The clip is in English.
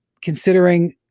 considering